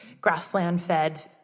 grassland-fed